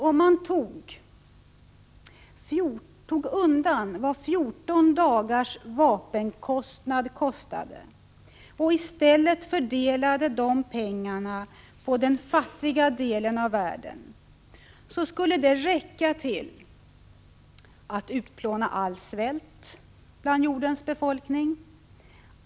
Om man tog undan vad 14 dagars vapentillverkning kostar och i stället fördelade dessa pengar på den fattiga delen av världen, skulle det räcka till att utplåna all svält bland jordens befolkning.